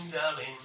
darling